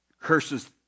curses